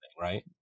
right